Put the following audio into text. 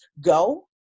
go